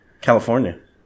California